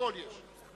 הכול יש.